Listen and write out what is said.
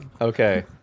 okay